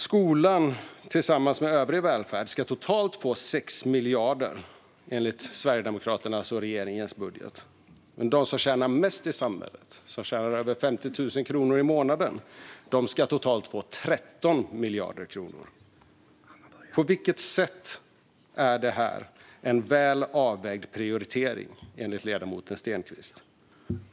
Skolan tillsammans med övrig välfärd ska totalt få 6 miljarder enligt Sverigedemokraternas och regeringens budget. Men de som tjänar mest i samhället - de som tjänar över 50 000 kronor i månaden - ska få totalt 13 miljarder kronor. På vilket sätt är det här en väl avvägd prioritering, enligt ledamoten Stenkvist?